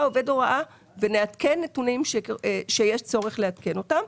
עובד הוראה-עובד הוראה ונעדכן נתונים שיש צורך לעדכן אותם.